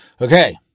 Okay